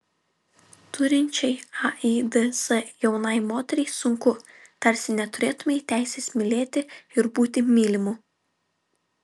turinčiai aids jaunai moteriai sunku tarsi neturėtumei teisės mylėti ir būti mylimu